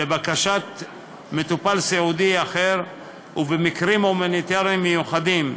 לבקשת מטופל סיעודי אחר ובמקרים הומניטריים מיוחדים,